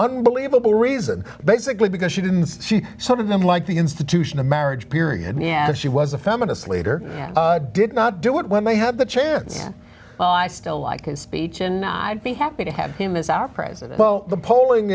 unbelievable reason basically because she didn't she some of them like the institution of marriage period now she was a feminist leader did not do it when they had the chance i still like his speech and not be happy to have him as our president well the polling